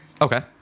Okay